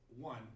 one